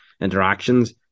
interactions